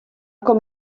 com